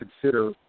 consider